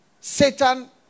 Satan